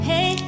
Hey